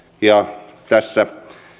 ja tässä